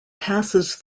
passes